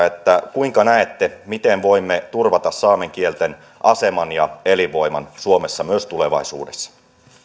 kuinka näette miten voimme turvata saamen kielten aseman ja elinvoiman suomessa myös tulevaisuudessa